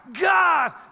God